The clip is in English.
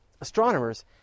Astronomers